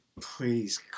please